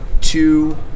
two